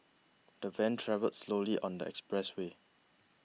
the van travelled slowly on the express way